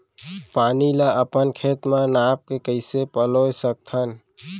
पानी ला अपन खेत म नाप के कइसे पलोय सकथन?